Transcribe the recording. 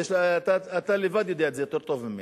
אתה לבד יודע את זה, יותר טוב ממני.